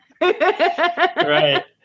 Right